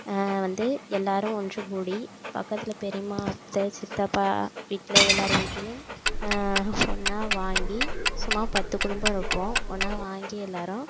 வந்து எல்லோரும் ஒன்றுக் கூடி பக்கத்தில் பெரியம்மா அத்தை சித்தப்பா வீட்டில் எல்லார் வீட்டுலையும் ஒன்னாக வாங்கி சும்மா பத்து குடும்பம் இருப்போம் ஒன்னாக வாங்கி எல்லோரும்